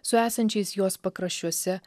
su esančiais jos pakraščiuose